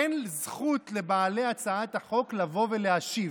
אין זכות לבעלי הצעת החוק לבוא ולהשיב.